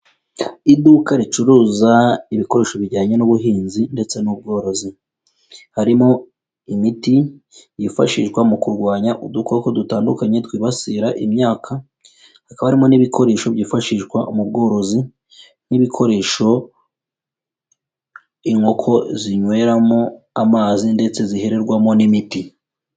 Iduka ricuruza ibikoresho bijyanye n'ubuhinzi ndetse n'ubworozi, harimo imiti yifashishwa mu kurwanya udukoko dutandukanye twibasira imyaka, hakaba harimo n'ibikoresho byifashishwa mu bworozi n'ibikoresho inkoko zinyweramo amazi ndetse zihererwamo n'imiti.